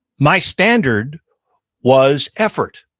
my standard was effort.